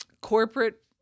corporate